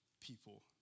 people